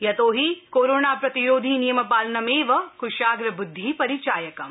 यतोहि कोरोना प्रतिरोधी नियमपालनमेव कुशाग्रबुद्धि परिचायकम्